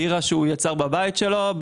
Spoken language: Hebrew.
בירה שהוא יצר בבית שלו,